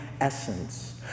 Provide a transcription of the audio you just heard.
essence